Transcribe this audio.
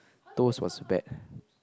toast was bad